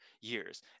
years